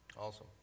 Awesome